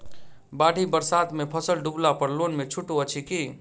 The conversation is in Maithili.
बाढ़ि बरसातमे फसल डुबला पर लोनमे छुटो अछि की